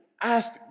Ask